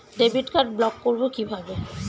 Debit card block করব কিভাবে?